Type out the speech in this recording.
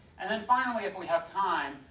and then finally if we have time,